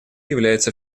является